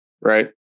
Right